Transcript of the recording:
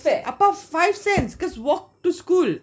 அப்போ:apo five cents just walk to school